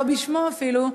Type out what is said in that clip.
לא בשמו אפילו,